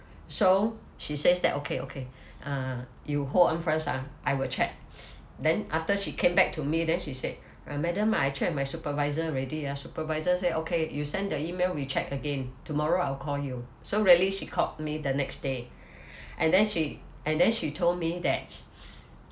so she says that okay okay uh you hold on first ah I will check then after she came back to me then she said ah madam I checked my supervisor already ah supervisor say okay you send the email we check again tomorrow I'll call you so really she called me the next day and then she and then she told me that